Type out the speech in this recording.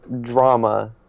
drama